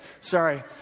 Sorry